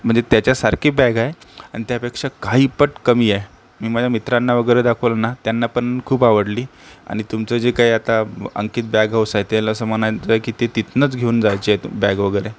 म्हणजे त्याच्यासारखी बॅग आहे आणि त्यापेक्षा काही पट कमी आहे मी माझ्या मित्रांना वगैरे दाखवलं ना त्यांना पण खूप आवडली आणि तुमचं जे काही आता अंकित बॅग हाऊस आहे त्याला असं म्हणायचं की ते तिथनंच घेऊन जायची आहे बॅग वगैरे